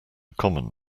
common